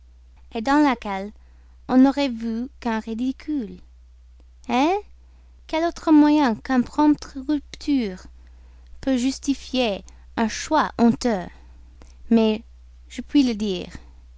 inutile dans laquelle on n'aurait vu qu'un ridicule eh quel autre moyen qu'une prompte rupture peut justifier un choix honteux mais je puis le dire